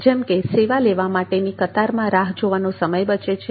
જેમ કે સેવા લેવા માટેની કતારમાં રાહ જોવાનો સમય બચે છે